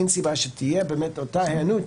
אין סיבה שלא תהיה גם כאן אותה היענות,